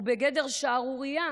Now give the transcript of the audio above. הוא בגדר שערורייה.